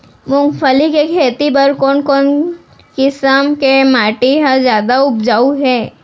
मूंगफली के खेती बर कोन कोन किसम के माटी ह जादा उपजाऊ हवये?